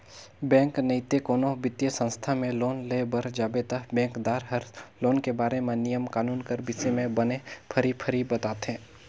bank नइते कोनो बित्तीय संस्था में लोन लेय बर जाबे ता बेंकदार हर लोन के बारे म नियम कानून कर बिसे में बने फरी फरी बताथे